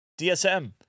dsm